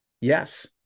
Yes